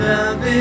Love